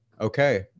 Okay